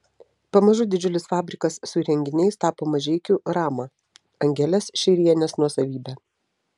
pamažu didžiulis fabrikas su įrenginiais tapo mažeikių rama angelės šeirienės nuosavybe